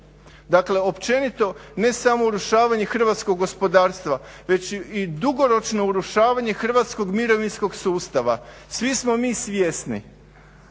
Dakle, općenito ne samo urušavanje Hrvatskog gospodarstva već i dugoročno urušavanje Hrvatskog mirovinskog sustava. svi smo mi svjesni